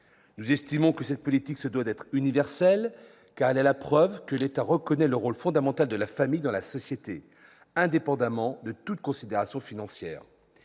Nous estimons que cette politique doit être universelle, car elle est la preuve que l'État reconnaît le rôle fondamental de la famille dans la société, indépendamment de toute considération financière.